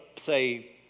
say